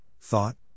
thought